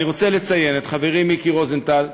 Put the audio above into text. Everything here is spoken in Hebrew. אני רוצה לציין את חברי מיקי רוזנטל,